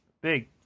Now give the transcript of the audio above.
Big